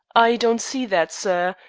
i don't see that, sir.